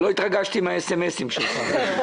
שלא התרגשתי מהאס-אם-אסים שלך.